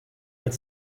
get